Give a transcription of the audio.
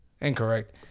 incorrect